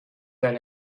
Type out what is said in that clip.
that